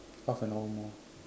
half an hour more